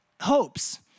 hopes